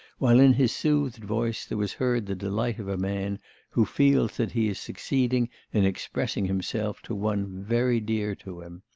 while in his soothed voice there was heard the delight of a man who feels that he is succeeding in expressing himself to one very dear to him.